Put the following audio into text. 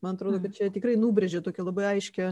man atrodo kad čia tikrai nubrėžė tokią labai aiškią